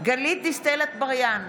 גלית דיסטל אטבריאן,